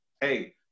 hey